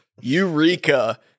Eureka